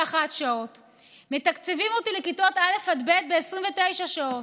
ומתקצבים לכיתות א'-ב' ב-29 שעות.